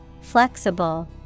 Flexible